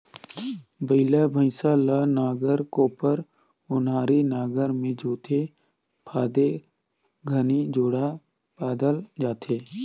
बइला भइसा ल नांगर, कोपर, ओन्हारी नागर मे जोते फादे घनी जोड़ा फादल जाथे